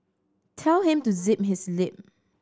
tell him to zip his lip